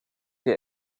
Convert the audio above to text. der